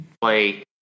play